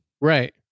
Right